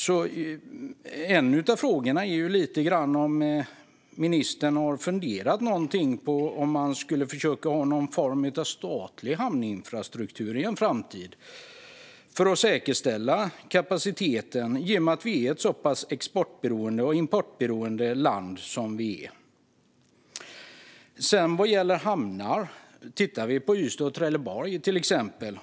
En av mina frågor är därför om ministern har funderat på om man i en framtid skulle försöka ha någon form av statlig hamninfrastruktur för att säkerställa kapaciteten, i och med att vi är ett så pass export och importberoende land. Vad gäller hamnar kan vi titta på Ystad och Trelleborg, till exempel.